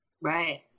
Right